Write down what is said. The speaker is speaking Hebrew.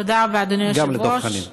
גם לדב חנין.